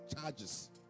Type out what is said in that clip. charges